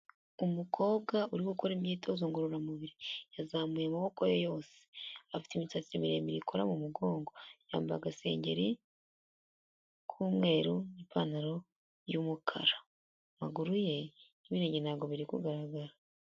Umukobwa uri gukora imyitozo ngororamubiri, yazamuye amaboko ye yose, afite imisatsi miremire ikora mu mugongo, yambaye agasengeri k'umweru n'ipantaro y'umukara, amaguru ye n'ibirenge ntabwo biri kugaragara.